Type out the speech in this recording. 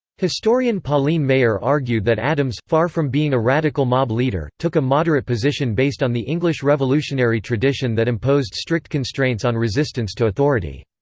historian pauline maier argued that adams, far from being a radical mob leader, took a moderate position based on the english revolutionary tradition that imposed strict constraints on resistance to authority.